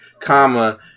Comma